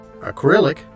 acrylic